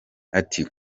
ati